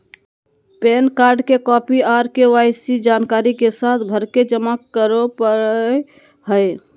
pan card के copy आर KYC जानकारी के साथ भरके जमा करो परय हय